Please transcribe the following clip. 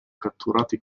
catturati